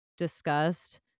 discussed